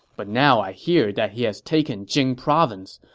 but now i hear that he has taken jing province.